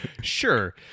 Sure